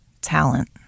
talent